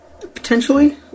Potentially